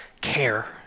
care